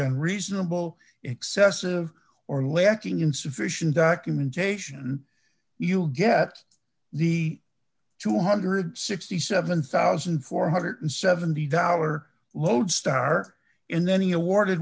unreasonable excessive or lacking in sufficient documentation you get the two hundred and sixty seven thousand four hundred and seventy valor lodestar in any awarded